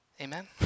Amen